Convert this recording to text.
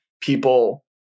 people